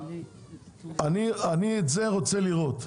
את זה אני רוצה לראות.